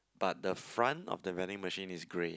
but the front of the vending machine is grey